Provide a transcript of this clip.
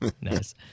Nice